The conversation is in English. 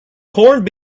corned